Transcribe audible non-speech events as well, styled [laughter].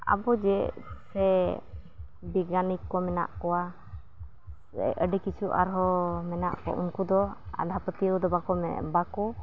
ᱟᱵᱚ ᱡᱮ ᱥᱮ ᱵᱮᱜᱽᱜᱟᱱᱤᱠ ᱠᱚ ᱢᱮᱱᱟᱜ ᱠᱚᱣᱟ ᱥᱮ ᱟᱹᱰᱤ ᱠᱤᱪᱷᱩ ᱟᱨᱦᱚᱸ ᱢᱮᱱᱟᱜ ᱠᱚ ᱩᱱᱠᱩᱫᱚ ᱟᱸᱫᱷᱟ ᱯᱟᱹᱛᱭᱟᱹᱣᱫᱚ ᱵᱟᱠᱚ [unintelligible] ᱵᱟᱠᱚ